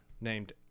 named